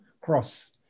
Cross